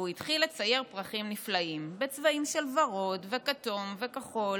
והוא התחיל לצייר פרחים נפלאים בצבעים של ורוד וכתום וכחול,